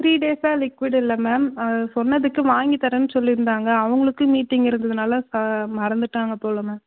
three டேஸாக liquid இல்லை ma'am அது சொன்னதுக்கு வாங்கி தரேன்னு சொல்லியிருந்தாங்க அவங்களுக்கும் மீட்டிங் இருந்ததுனால் ஆ மறந்துவிட்டாங்க போல் மேம்